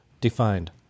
defined